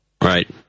Right